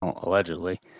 allegedly